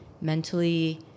mentally